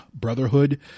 brotherhood